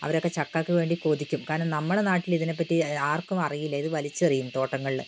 അവരൊക്കെ ചക്കക്ക് വേണ്ടി കൊതിക്കും കാരണം നമ്മുടെ നാട്ടിൽ ഇതിനെപ്പറ്റി ആർക്കും അറിയില്ല ഇത് വലിച്ചെറിയും തോട്ടങ്ങളിൽ